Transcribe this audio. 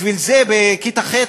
בשביל זה בכיתה ח',